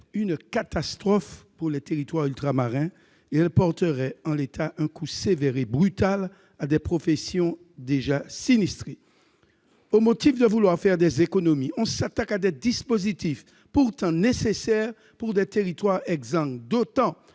une catastrophe pour les territoires ultramarins et porterait en l'état un coup sévère et brutal à des professions déjà sinistrées. Au motif de vouloir faire des économies, on s'attaque à des dispositifs pourtant nécessaires pour des territoires, exsangues, d'autant